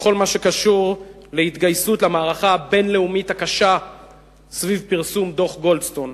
בכל מה שקשור למערכה הבין-לאומית הקשה סביב פרסום דוח גולדסטון.